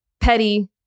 petty